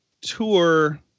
tour